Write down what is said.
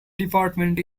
department